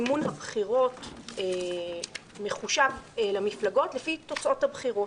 מימון הבחירות מחושב למפלגות לפי תוצאות הבחירות.